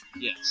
Yes